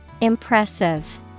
Impressive